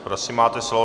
Prosím, máte slovo.